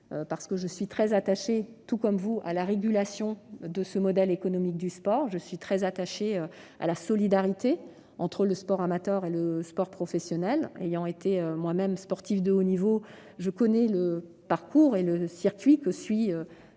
je suis très attachée à la régulation du modèle économique du sport. Je suis également très attachée à la solidarité entre le sport amateur et le sport professionnel. Ayant été moi-même sportive de haut niveau, je connais le parcours et le circuit que suit tout